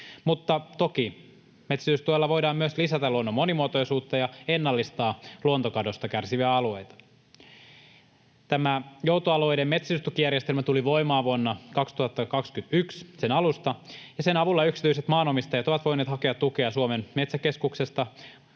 Mutta toki metsitystuella voidaan myös lisätä luonnon monimuotoisuutta ja ennallistaa luontokadosta kärsiviä alueita. Tämä joutoalueiden metsitystukijärjestelmä tuli voimaan vuoden 2021 alusta, ja sen avulla yksityiset maanomistajat ovat voineet hakea tukea Suomen metsäkeskuksesta